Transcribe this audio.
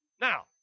Now